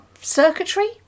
circuitry